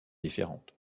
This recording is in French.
différentes